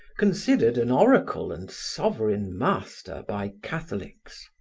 considered an oracle and sovereign master by catholics.